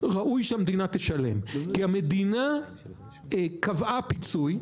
ראוי שהמדינה תשלם כי המדינה קבעה פיצוי,